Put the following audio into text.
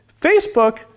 Facebook